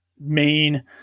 main